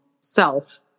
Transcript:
self